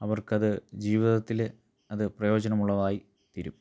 അവർക്കത് ജീവിതത്തില് അത് പ്രയോജനമുള്ളതായിത്തീരും